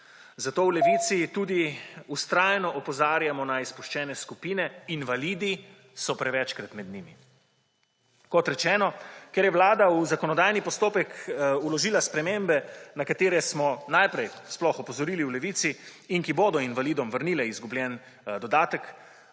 Zato v Levici tudi vztrajno opozarjamo na izpuščene skupine, invalidi so prevečkrat med njimi. Kot rečeno, ker je Vlada v zakonodajni postopek vložila spremembe, na katere smo sploh najprej opozorili v Levici in ki bodo invalidom vrnile izgubljeni dodatek,